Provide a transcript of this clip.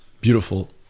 beautiful